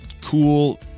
cool